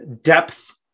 depth